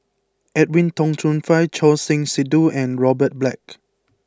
Edwin Tong Chun Fai Choor Singh Sidhu and Robert Black